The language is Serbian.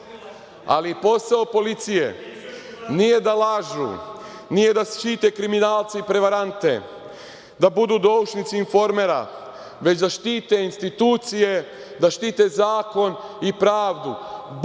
Posao policije nije da lažu, nije da štite kriminalce i prevarante, da budu doušnici "Informera", već da štite institucije, da štite zakon i pravdu,